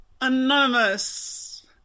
Anonymous